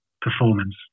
performance